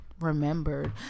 remembered